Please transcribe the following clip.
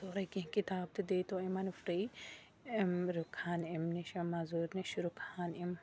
سورُے کیٚنٛہہ کِتاب تہِ دی تو یِمن فِری یِم رُکہٕ ہَن امہِ نِش موزوٗرۍ نِش رُکہٕ ہَن یِم